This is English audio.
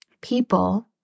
people